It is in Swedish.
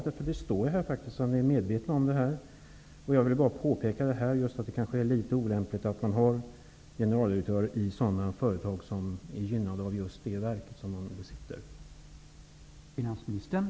Det står faktiskt i det att det finns en medvetenhet här. Jag ville alltså bara påpeka att det kanske är litet olämpligt att en generaldirektör har ett styrelseuppdrag i företag som är gynnade av just den generaldirektörens verk.